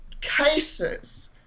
cases